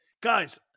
guys